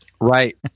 Right